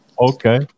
okay